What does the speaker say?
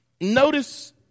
Notice